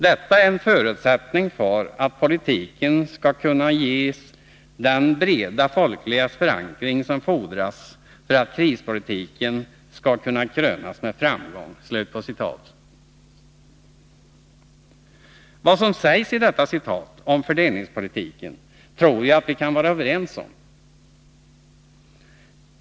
Detta är en förutsättning för att politiken skall kunna ges den breda folkliga förankring som fordras för att krispolitiken skall kunna krönas med framgång.” Det som sägs i detta citat om fördelningspolitiken tror jag att vi kan vara överens om.